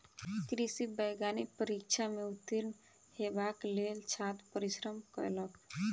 कृषि वैज्ञानिक परीक्षा में उत्तीर्ण हेबाक लेल छात्र परिश्रम कयलक